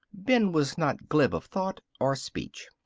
ben was not glib of thought or speech.